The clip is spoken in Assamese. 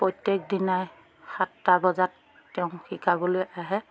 প্ৰত্যেকদিনাই সাতটা বজাত তেওঁ শিকাবলৈ আহে